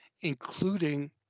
including